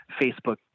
Facebook